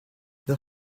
the